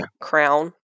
crown